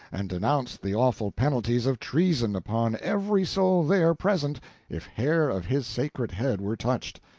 and denounced the awful penalties of treason upon every soul there present if hair of his sacred head were touched.